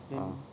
ah